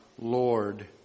lord